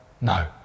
No